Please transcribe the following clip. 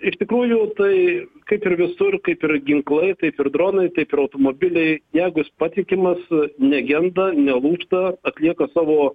iš tikrųjų tai kaip ir visur kaip ir ginklai taip ir dronai taip ir automobiliai jeigu jis patikimas negenda nelūžta atlieka savo